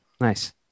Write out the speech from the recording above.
nice